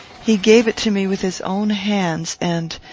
he gave it to me with his own hands and,